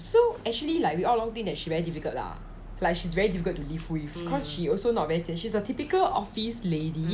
so actually like we all think that she very difficult lah like she's very difficult to live with cause she also not very ten~ she's a typical office lady